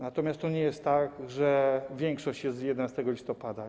Natomiast to nie jest tak, że większość jest z 11 listopada.